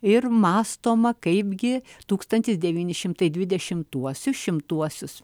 ir mąstoma kaipgi tūkstantis devyni šimtai dvidešimtuosius šimtuosius